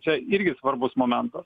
čia irgi svarbus momentas